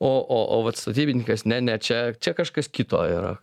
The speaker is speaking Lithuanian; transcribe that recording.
o o o vat statybininkas ne ne čia čia kažkas kito yra